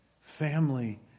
Family